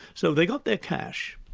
so they got their cash,